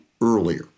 earlier